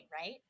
right